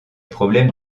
problèmes